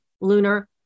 lunar